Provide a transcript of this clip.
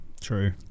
True